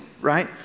right